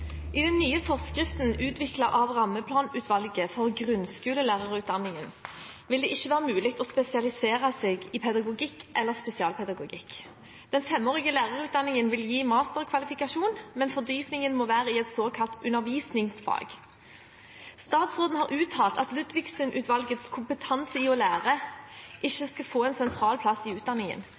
den nye forskriften utviklet av rammeplanutvalget for grunnskolelærerutdanninger vil det ikke lenger være mulig å spesialisere seg i pedagogikk eller spesialpedagogikk. Den femårige lærerutdanningen vil gi masterkvalifikasjon, men fordypningen må være i et såkalt «undervisningsfag». Statsråden har uttalt at Ludvigsen-utvalgets «Fremtidens skole» ikke skal få en sentral plass i utdanningen.